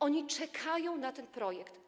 Oni czekają na ten projekt.